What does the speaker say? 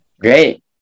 Great